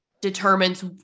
determines